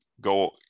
go